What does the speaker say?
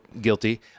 guilty